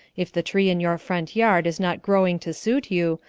if the tree in your front yard is not growing to suit you,